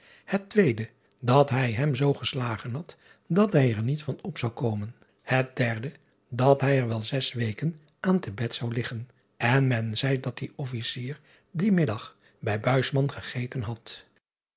het tweede dat hij hem zoo geslagen had dat hij er niet van op zou komen het derde dat hij er wel zes weken aan te bed zou liggen en men zeî dat die fficier dien middag bij gegeten had